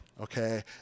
okay